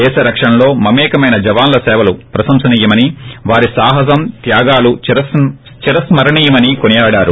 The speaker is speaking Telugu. దేశ రక్షణలో మమేకమైన జవాన్ల సేవలు ప్రశంసనీయమని వారి సాహసం త్యాగాలు చిరస్న రణీయమని కొనియాడారు